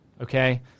okay